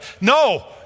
No